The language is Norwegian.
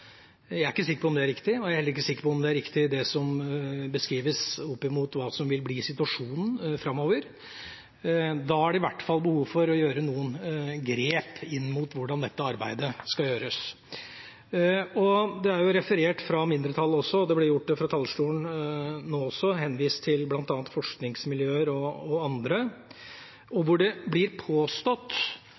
Jeg er ikke sikker på om det er riktig, og jeg er heller ikke sikker på om det er riktig det som beskrives når det gjelder hva som vil bli situasjonen framover. Da er det i hvert fall behov for å gjøre noen grep inn mot hvordan dette arbeidet skal gjøres. Det er referert til fra mindretallet, det ble gjort fra talerstolen nå også, nemlig henvist til bl.a. forskningsmiljøer og andre; det blir påstått